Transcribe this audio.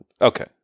Okay